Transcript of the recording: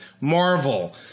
Marvel